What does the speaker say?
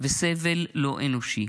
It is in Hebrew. וסבל לא אנושי.